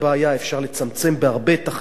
אפשר לצמצם בהרבה את החיכוך,